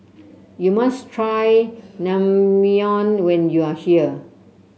you must try Naengmyeon when you are here